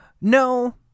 No